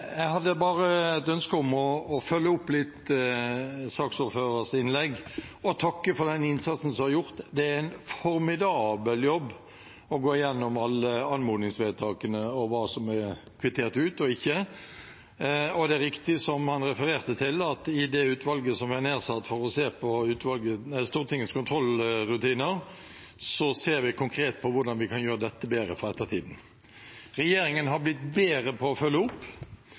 Jeg hadde bare et ønske om å følge litt opp saksordførerens innlegg og takke for den innsatsen som er gjort. Det er en formidabel jobb å gå igjennom alle anmodningsvedtakene og hva som er kvittert ut og ikke. Det er riktig som han refererte til, at i det utvalget som er nedsatt for å se på Stortingets kontrollrutiner, ser vi konkret på hvordan vi kan gjøre dette bedre for ettertiden. Regjeringen har blitt bedre på å følge opp,